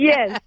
Yes